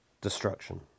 destruction